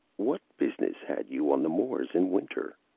what business had you on the moors in winter?